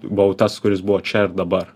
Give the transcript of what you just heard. buvau tas kuris buvo čia ir dabar